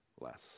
less